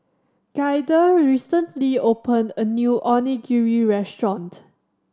Gaither recently opened a new Onigiri Restaurant